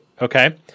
okay